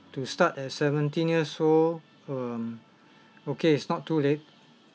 to start at seventeen years old um okay it's not too late